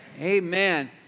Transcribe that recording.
Amen